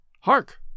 Hark